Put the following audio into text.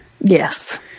Yes